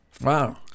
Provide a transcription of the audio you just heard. Wow